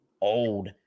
old